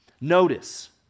Notice